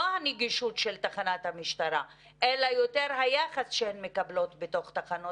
לא הנגישות של תחנת המשטרה אלא יותר היחס שהן מקבלות בתוך תחנות